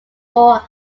moore